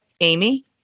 Amy